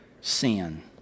sin